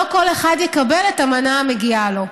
לא כל אחד יקבל את המנה המגיעה לו.